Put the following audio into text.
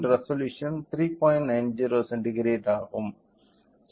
90 centigrade ஆகும்